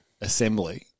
assembly